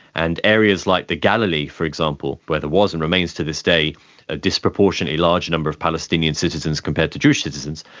and areas like the galilee, for example, where there was and remains to this day a disproportionately large number of palestinian citizens compared to jewish citizens,